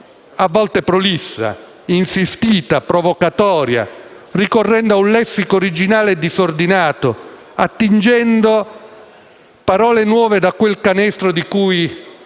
a volte prolissa, insistita, provocatoria, ricorrendo a un lessico originale e disordinato, attingendo parole nuove da quel canestro di cui